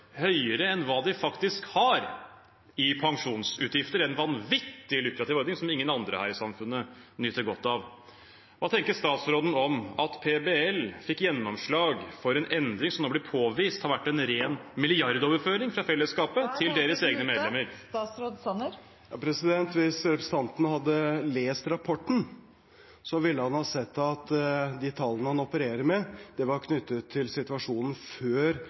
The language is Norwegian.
vanvittig lukrativ ordning som ingen andre her i samfunnet nyter godt av. Hva tenker statsråden om at PBL fikk gjennomslag for en endring som det nå blir påvist har vært en ren milliardoverføring fra fellesskapet til deres egne medlemmer? Taletiden er ute. Hvis representanten hadde lest rapporten, ville han ha sett at de tallene han opererer med, var knyttet til situasjonen før